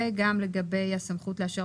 וגם לגבי הסמכות לאשר,